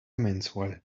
mensual